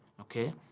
okay